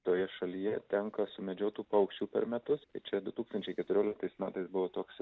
toje šalyje tenka sumedžiotų paukščių per metus čia du tūkstančiai keturioliktais metais buvo toks